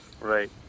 Right